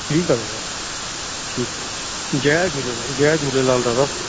ठीकु आहे दादा ठीकु आहे जय झूलेलाल जय झूलेलाल दादा